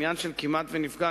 בעניין של "כמעט נפגע",